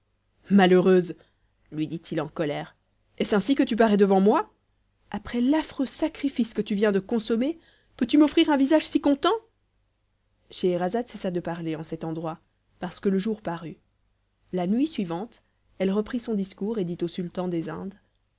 malheureuse lui dit-il en colère est-ce ainsi que tu parais devant moi après l'affreux sacrifice que tu viens de consommer peux tu m'offrir un visage si content scheherazade cessa de parler en cet endroit parce que le jour parut la nuit suivante elle reprit son discours et dit au sultan des indes